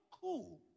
cool